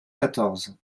quatorze